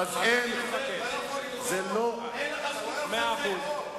אין לך זכות לצנזר.